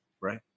Right